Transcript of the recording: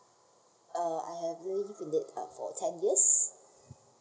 uh I have leave it in that uh for ten years